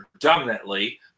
predominantly